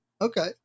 Okay